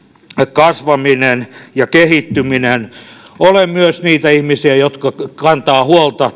kasvaminen ja kehittyminen olen myös niitä ihmisiä jotka kantavat huolta